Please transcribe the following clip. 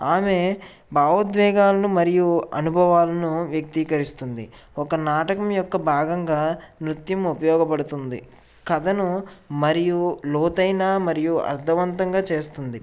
ఆమె భావోద్వేగాలను మరియు అనుభవాలను వ్యక్తీకరిస్తుంది ఒక నాటకం యొక్క భాగంగా నృత్యం ఉపయోగపడుతుంది కథనం మరియు లోతైనా మరియు అర్ధవంతంగా చేస్తుంది